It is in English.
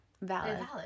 valid